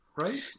right